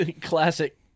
Classic